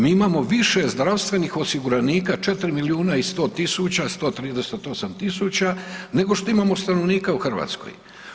Mi imamo više zdravstvenih osiguranika, 4 milijuna i 100 tisuća, 138 tisuća nego što imamo stanovnika u Hrvatskoj.